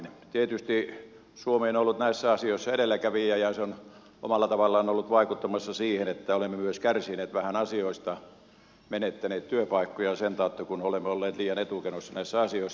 tietysti suomi on ollut näissä asioissa edelläkävijä ja se on omalla tavallaan ollut vaikuttamassa siihen että olemme myös kärsineet vähän asioista menettäneet työpaikkoja sen tautta kun olemme olleet liian etukenossa näissä asioissa